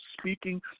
speaking